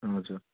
हजुर